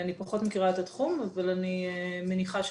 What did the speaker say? אני פחות מכירה את התחום, אבל אני מניחה שכן.